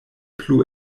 plu